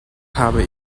habe